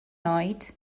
oed